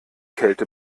kälte